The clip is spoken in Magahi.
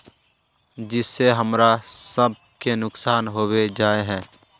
जिस से हमरा सब के नुकसान होबे जाय है?